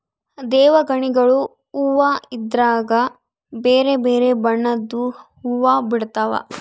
ದೇವಗಣಿಗಲು ಹೂವ್ವ ಇದ್ರಗ ಬೆರೆ ಬೆರೆ ಬಣ್ಣದ್ವು ಹುವ್ವ ಬಿಡ್ತವಾ